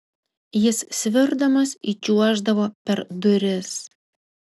jis svirdamas įčiuoždavo per duris